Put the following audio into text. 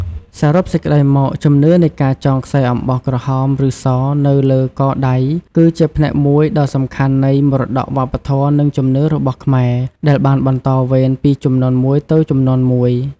សរុបសេចក្ដីមក ជំនឿនៃការចងខ្សែអំបោះក្រហម ឬស នៅលើកដៃ គឺជាផ្នែកមួយដ៏សំខាន់នៃ មរតកវប្បធម៌ និងជំនឿរបស់ខ្មែរ ដែលបានបន្តវេនពីជំនាន់មួយទៅជំនាន់មួយ។